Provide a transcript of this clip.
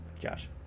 Josh